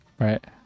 right